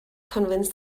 convince